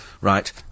right